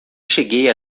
cheguei